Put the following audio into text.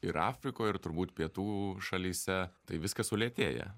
ir afrikoj ir turbūt pietų šalyse tai viskas sulėtėja